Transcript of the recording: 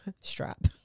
Strap